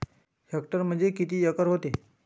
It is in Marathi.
हेक्टर म्हणजे किती एकर व्हते?